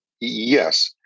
Yes